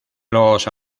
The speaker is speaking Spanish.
los